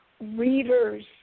readers